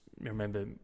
remember